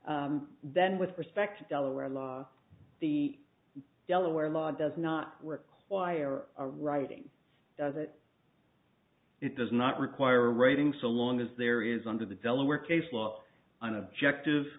ok then with respect to delaware law the delaware law does not require a writing does it it does not require writing so long as there is under the delaware case law on objective